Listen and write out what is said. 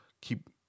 keep